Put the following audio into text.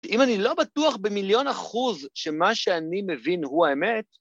אם אני לא בטוח במיליון אחוז שמה שאני מבין הוא האמת...